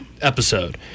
episode